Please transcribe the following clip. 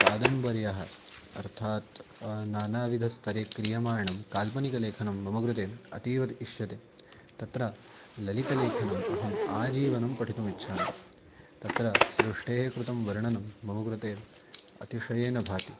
कादम्बर्यः अर्थात् नानाविधस्तरे क्रियमाणं काल्पनिकलेखनं मम कृते अतीवत् इष्यते तत्र ललितलेखनम् अहम् आजीवनं पठितुम् इच्छामि तत्र सृष्टेः कृतं वर्णनं मम कृते अतिशयेन भाति